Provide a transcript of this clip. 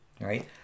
right